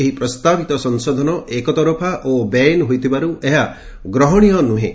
ଏହି ପ୍ରସ୍ତାବିତ ସଂଶୋଧନ ଏକତରଫା ଓ ବେଆଇନ ହୋଇଥିବାରୁ ଏହା ଗ୍ରହଣୀୟ ନୁହେଁ